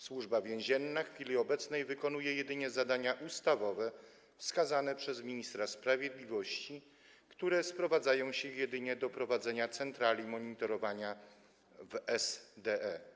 Służba Więzienna w chwili obecnej wykonuje jedynie zadania ustawowe, wskazane przez ministra sprawiedliwości, które sprowadzają się jedynie do prowadzenia centrali monitorowania w SDE.